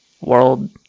world